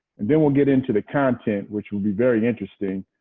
and then we'll get into the content, which will be very interesting.